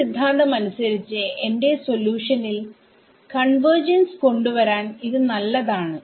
ഈ സിദ്ധാന്തം അനുസരിച്ചു എന്റെ സൊല്യൂഷനിൽകൺവേർജൻസ് കൊണ്ടുവരാൻ ഇത് നല്ലതാണ്